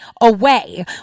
away